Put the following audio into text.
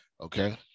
Okay